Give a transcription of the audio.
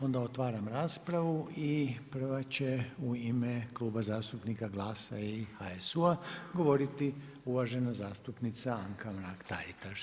Onda otvaram raspravu i prva će u ime Kluba zastupnika GLAS-a i HSU-a govoriti uvažena zastupnica Anka Mrak-Taritaš.